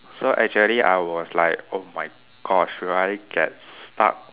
so actually I was like oh my gosh will I get stuck